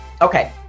Okay